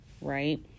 right